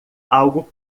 algo